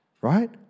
right